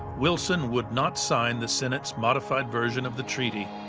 wilson would not sign the senate's modified version of the treaty,